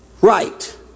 right